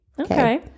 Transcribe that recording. okay